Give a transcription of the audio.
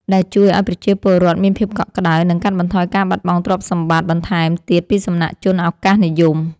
ដែលជួយឱ្យប្រជាពលរដ្ឋមានភាពកក់ក្ដៅ និងកាត់បន្ថយការបាត់បង់ទ្រព្យសម្បត្តិបន្ថែមទៀតពីសំណាក់ជនឱកាសនិយម។